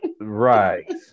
Right